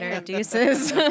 deuces